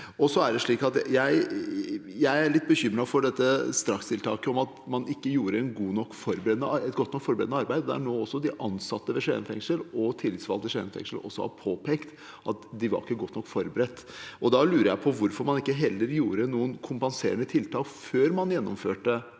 Jeg er litt bekymret for dette strakstiltaket, og at man ikke gjorde et godt nok forberedende arbeid. Det er noe ansatte og tillitsvalgte ved Skien fengsel også har påpekt, at de ikke var godt nok forberedt. Da lurer jeg på hvorfor man ikke heller gjorde noen kompenserende tiltak før man gjennomførte